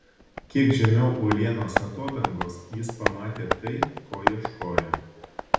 kiek žemiau uolienos atodangos jis pamatė tai ko ieškojo